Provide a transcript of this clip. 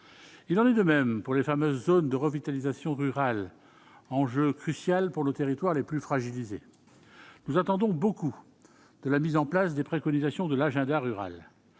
il en est de même pour les fameuses zones de revitalisation rurale, enjeu crucial pour nos territoires les plus fragilisés, nous attendons beaucoup de la mise en place des préconisations de l'agenda rural